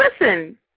listen